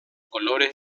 colores